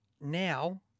now